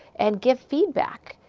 and give feedback.